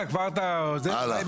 הלאה,